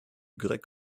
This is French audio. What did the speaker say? grec